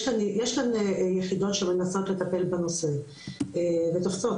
יש כאן יחידות שמנסות לטפל בנושא ותופסות.